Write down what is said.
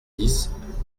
dix